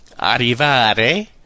arrivare